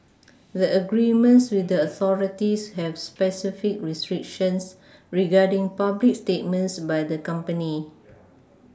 the agreements with the authorities have specific restrictions regarding public statements by the company